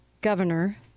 governor